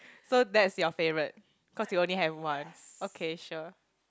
so that's your favorite cause you only have one okay sure